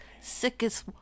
sickest